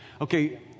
Okay